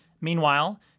Meanwhile